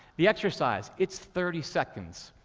the exercise, it's thirty seconds.